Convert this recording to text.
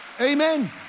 Amen